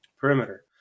perimeter